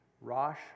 Rosh